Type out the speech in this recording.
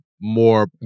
more